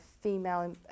female